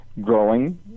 growing